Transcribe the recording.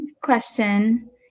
question